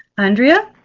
andrea,